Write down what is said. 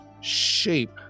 shape